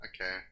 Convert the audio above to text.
okay